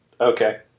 Okay